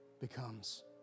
becomes